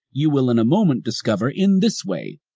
you will in a moment discover in this way.